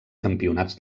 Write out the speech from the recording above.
campionats